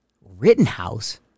Rittenhouse